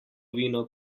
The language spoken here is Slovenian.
vino